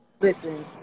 Listen